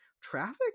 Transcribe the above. traffic